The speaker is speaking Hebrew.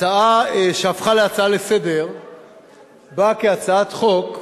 הצעה שהפכה להצעה לסדר-היום באה כהצעת חוק שמנסה,